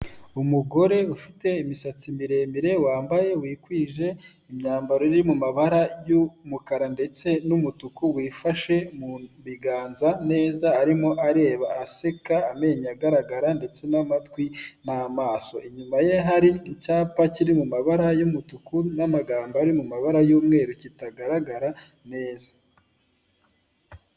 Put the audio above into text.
Umugore ufite imisatsi miremire wambaye wikwije imyambaro iri mu mabara y'umukara ndetse n'umutuku, wifashe mu biganza neza arimo areba aseka amenyo agaragara ndetse n'amatwi n'amaso, inyuma ye hari icyapa kiri mu mabara y'umutuku n'amagambo ari mu mabara y'umweru kitagaragara neza.